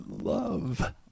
love